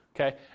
Okay